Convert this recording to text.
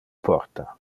porta